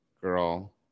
girl